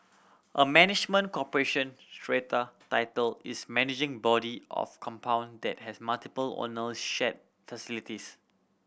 a management corporation strata title is managing body of compound that has multiple owner shared facilities